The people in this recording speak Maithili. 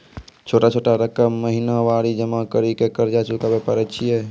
छोटा छोटा रकम महीनवारी जमा करि के कर्जा चुकाबै परए छियै?